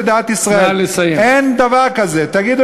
שסוף-סוף מעבירים את כספי התמיכות